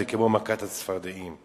זה כמו מכת הצפרדעים.